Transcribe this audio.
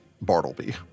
Bartleby